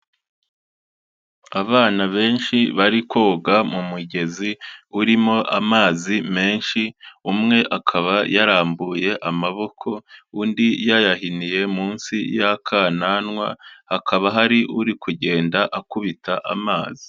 Abana benshi bari koga mu mugezi urimo amazi menshi, umwe akaba yarambuye amaboko undi yayahiniye munsi y'akananwa, hakaba hari uri kugenda akubita amazi.